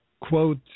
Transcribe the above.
quote